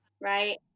right